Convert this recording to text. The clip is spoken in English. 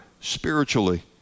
spiritually